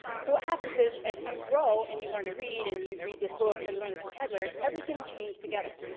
so what happens is, as you grow and you learn to read and you read this book, or you learn this vocabulary, everything chains together.